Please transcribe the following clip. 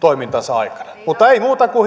toimintansa aikana mutta ei muuta kuin